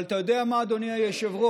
אבל אתה יודע מה, אדוני היושב-ראש?